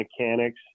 mechanics